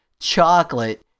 chocolate